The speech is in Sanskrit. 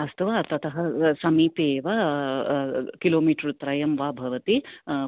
अस्तु वा ततः समीपे एव किलोमिटर् त्रयं वा भवति